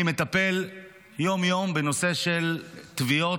אני מטפל יום-יום בנושא של טביעות.